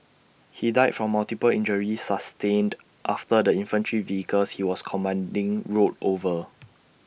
he died from multiple injuries sustained after the infantry vehicle he was commanding rolled over